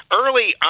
early